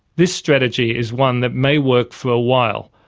this strategy is one that may work for a while,